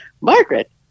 Margaret